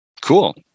cool